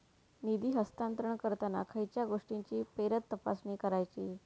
निधी हस्तांतरण करताना खयच्या गोष्टींची फेरतपासणी करायची?